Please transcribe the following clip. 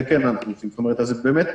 אז באמת,